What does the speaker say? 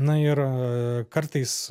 na ir kartais